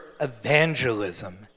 evangelism